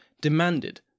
demanded